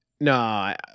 No